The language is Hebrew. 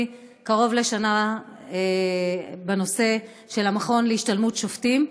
קרוב לשנה בנושא של המכון להשתלמות שופטים.